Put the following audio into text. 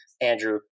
Andrew